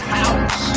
house